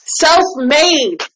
self-made